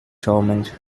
torment